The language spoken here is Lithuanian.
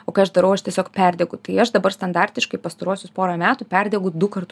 o kai aš darau aš tiesiog perdegu tai aš dabar standartiškai pastaruosius porą metų perdegu du kartus